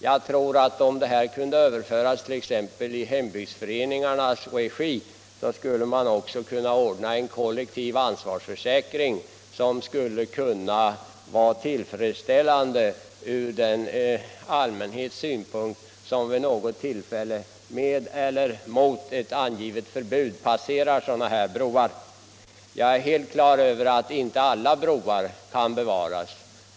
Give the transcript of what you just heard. Jag tror att om arbetet kunde ske t.ex. i hembygdsföreningarnas regi skulle man också kunna ordna en kollektiv ansvarsförsäkring som kunde vara tillfredsställande från den allmänhets synpunkt som vid något tillfälle med eller mot ett förbud passerar sådana här broar. Jag är helt på det klara med att inte alla broar kan bevaras.